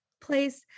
place